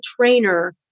trainer